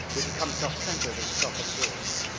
we become self-centered and self-absorbed